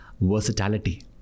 versatility